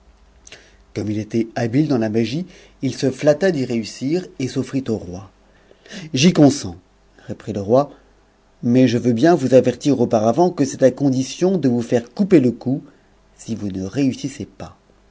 con il était habile dans la magie il se natta d'y réussir et s'ourit au roi j consens reprit le roi mais je veux bien vous avertir auparavant que c'est à condition de vous faire couper le cou si vous ne réussissez pas